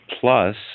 Plus